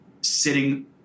sitting